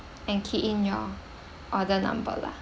and key in your order number lah